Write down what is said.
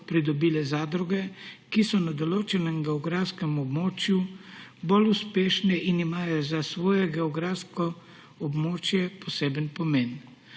pridobile zadruge, ki so na določenem geografskem območju bolj uspešne in imajo za svoje geografsko območje poseben pomen.